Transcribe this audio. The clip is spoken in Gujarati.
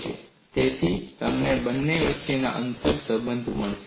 છે તેથી તમને બંને વચ્ચે આંતર સંબંધ મળશે